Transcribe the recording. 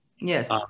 Yes